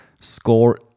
score